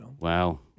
Wow